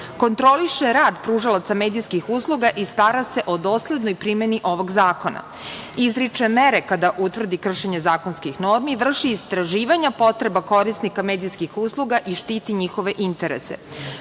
kontroliše rad pružalaca medijskih usluga i stara se o doslednoj primeni ovog zakona, izriče mere kada utvrdi kršenje zakonskih normi, vrši istraživanja potreba korisnika medijskih usluga i štiti njihove interese,